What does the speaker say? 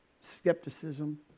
skepticism